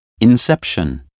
Inception